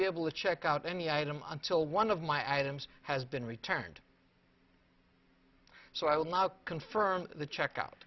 be able to check out any item until one of my items has been returned so i will not confirm the check out